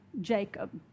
Jacob